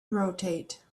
rotate